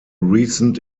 recent